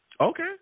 Okay